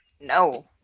No